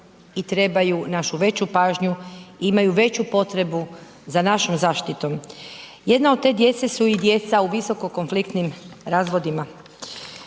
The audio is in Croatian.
i trebaju našu veću pažnju i imaju veću potrebu za našom zaštitom. Jedna od te djece su i djeca u visokim konfliktnim razvodima.